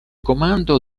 comando